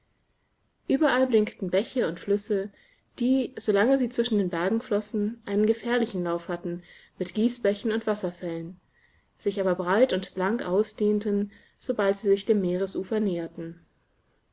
überall blinkten bäche und flüsse die so lange sie zwischen den bergen flossen einen gefährlichen lauf hatten mit gießbächen und wasserfällen sich aber breit und blank ausdehnten sobald sie sich dem meeresufer näherten